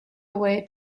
away